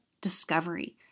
discovery